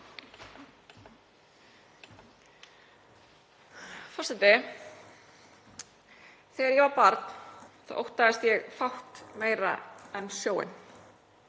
Þegar ég var barn óttaðist ég fátt meira en sjóinn.